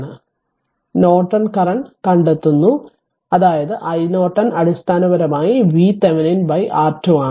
അതിനാൽ Norton current കണ്ടെത്തുന്നു അതായത് iNorton അടിസ്ഥാനപരമായി VThevenin R2 ആണ്